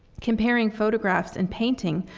comparing photographs and painting,